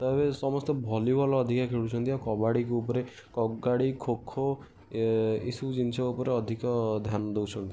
ତ ଏବେ ସମସ୍ତେ ଭଲିବଲ୍ ଅଧିକା ଖେଳୁଛନ୍ତି ଆଉ କବାଡ଼ିକୁ ଉପରେ କବାଡ଼ି ଖୋ ଖୋ ଏଇସବୁ ଜିନିଷ ଉପରେ ଅଧିକ ଧ୍ୟାନ ଦେଉଛନ୍ତି